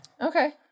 Okay